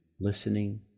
listening